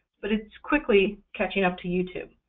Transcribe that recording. but it's quickly catching up to youtube.